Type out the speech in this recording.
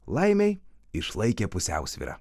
laimei išlaikė pusiausvyrą